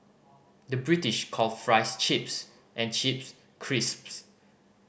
the British calls fries chips and chips crisps